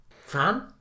fan